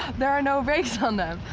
there are no brakes on them!